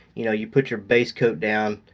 you know you put your base coat down,